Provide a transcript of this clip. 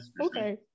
okay